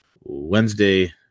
Wednesday